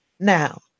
now